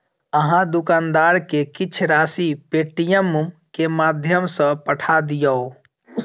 अहाँ दुकानदार के किछ राशि पेटीएमम के माध्यम सॅ पठा दियौ